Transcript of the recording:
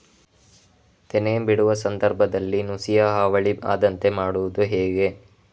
ತೆನೆ ಬಿಡುವ ಸಂದರ್ಭದಲ್ಲಿ ನುಸಿಯ ಹಾವಳಿ ಆಗದಂತೆ ಮಾಡುವುದು ಹೇಗೆ?